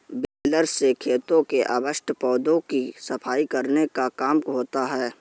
baler से खेतों के अवशिष्ट पौधों की सफाई करने का काम होता है